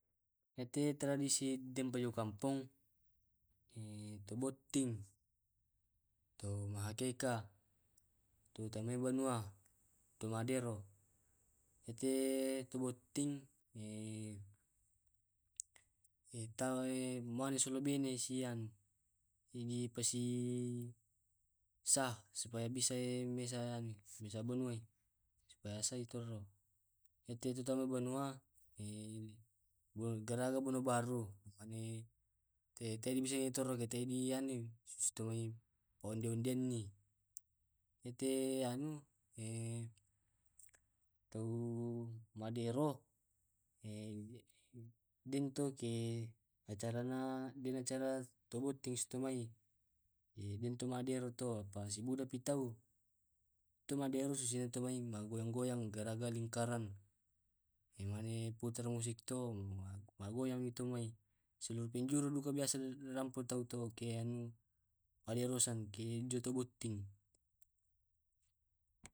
Yamte tradisi dimpojo kampong to botting, toma haqeqa, to tamai banua, tomadero. Iya te to botting eta mane sule baine sian di pasi sah supaya bisa mesa anu mesa banuai supaya sai to ro. Yate tu tama banua, garage buno baru ko mane eh te te bisani to regi tedi anen asi tumai pa onde ondenni, iya te anu tau madero den tu ke acarana den acara to botting, stumai eh den tu maddero to pasibudapi tau. Tu madero sisingu tumai magoyang goyanga garaga lingkaran, eh mani putar musik to magoyangmi tumai sula penjuru duka biasa na rampo tau kea keanu, aderosang ki juta botting.